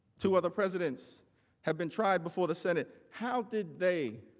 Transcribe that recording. two other presidents have been tried before the senate. how did they